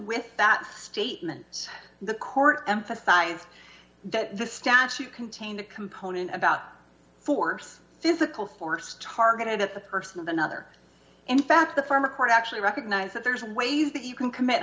with that statement the court emphasized that the statute contains a component about force physical force targeted at the person of another in fact the farmer court actually recognize that there's ways that you can commit